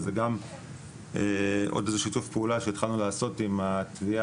אז זה גם עוד איזה שיתוף פעולה שהתחלנו לעשות עם התביעה